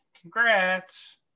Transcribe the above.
Congrats